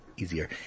easier